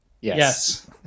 Yes